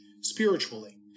spiritually